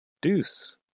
Deuce